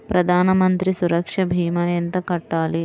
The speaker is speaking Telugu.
ప్రధాన మంత్రి సురక్ష భీమా ఎంత కట్టాలి?